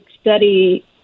study